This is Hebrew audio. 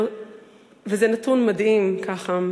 רק חמש